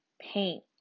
paint